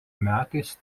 metais